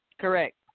Correct